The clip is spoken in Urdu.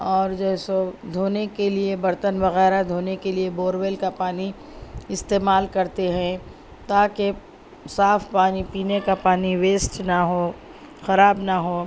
اور جو ہے سو دھونے کے لیے برتن وغیرہ دھونے کے لیے بور ویل کا پانی استعمال کرتے ہیں تا کہ صاف پانی پینے کا پانی ویسٹ نہ ہو خراب نہ ہو